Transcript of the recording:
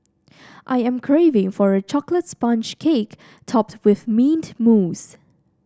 I am craving for a chocolate sponge cake topped with mint mousse